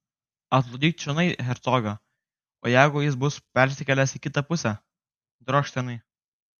atplukdyk čionai hercogą o jeigu jis bus persikėlęs į kitą pusę drožk tenai